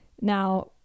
Now